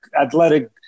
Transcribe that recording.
athletic